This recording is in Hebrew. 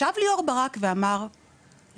ישב ליאור ברק ואמר - לא.